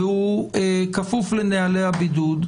והוא כפוף לנהלי הבידוד,